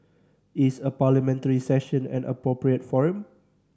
is a Parliamentary Session an appropriate forum